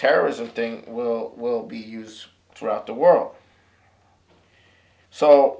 terrorism thing will will be use throughout the world so